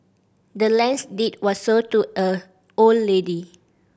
the land's deed was sold to a old lady